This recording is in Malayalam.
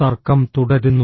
തർക്കം തുടരുന്നു